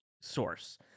source